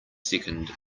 second